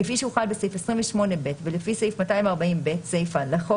כפי שהוחל בסעיף 28ב ולפי סעיף 240(ב) סיפה לחוק